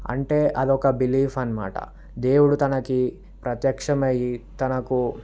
అంటే అది ఒక బిలీఫ్ అన్నమాట దేవుడు తనకి ప్రత్యక్షమై తనకు